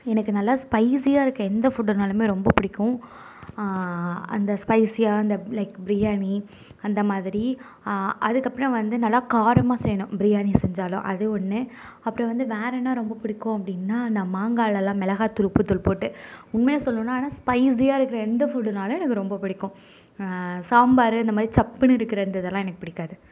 எனக்கு நல்லா ஸ்பைசியாக இருக்க எந்த ஃபுட்டுனாலுமே ரொம்ப பிடிக்கும் அந்த ஸ்பைசியாக அந்த லைக் பிரியாணி அந்த மாதிரி அதுக்கு அப்புறம் வந்து நல்லா காரமாக செய்யணும் பிரியாணி செஞ்சாலும் அது ஒன்று அப்புறம் வந்து வேறென்ன ரொம்ப பிடிக்கும் அப்படினா நான் மாங்காலெலாம் மிளகாய் தூள் உப்பு தூள் போட்டு உண்மையை சொல்லணுன்னா ஆனால் ஸ்பைசியாக இருக்க எந்த ஃபுட்டுனாலும் எனக்கு ரொம்ப பிடிக்கும் சாம்பார் இந்த மாதிரி சப்புன்னு இருக்கிற இந்த இதெலாம் எனக்கு பிடிக்காது